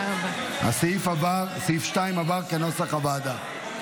סעיף 2, כנוסח הוועדה, עבר.